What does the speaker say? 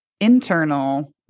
internal